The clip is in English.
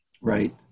Right